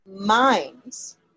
minds